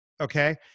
Okay